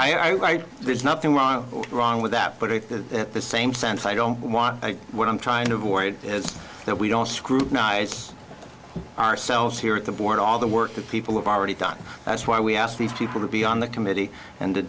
that's i there's nothing wrong wrong with that but at the same sense i don't want what i'm trying to avoid is that we don't scrutinize ourselves here at the board all the work that people have already done that's why we ask these people to be on the committee and to